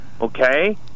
Okay